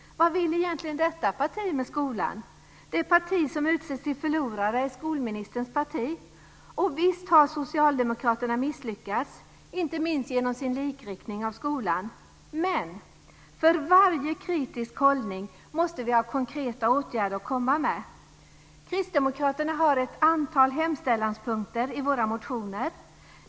Vad vill egentligen detta parti med skolan? Det parti som utses till förlorare är skolministerns parti. Och visst har socialdemokraterna misslyckats, inte minst genom sin likriktning av skolan. Men! För varje kritisk hållning måste vi ha konkreta åtgärder att komma med. Vi kristdemokrater har ett antal hemställanspunkter i våra motioner.